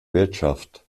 wirtschaft